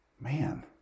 Man